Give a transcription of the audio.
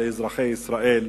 אזרחי ישראל,